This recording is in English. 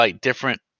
different